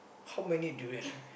how many durian ah